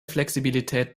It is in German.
flexibilität